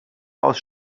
aus